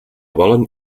volen